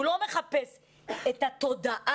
הוא לא מחפש את התודעה,